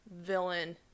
villain